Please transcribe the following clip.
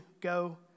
go